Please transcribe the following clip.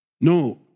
No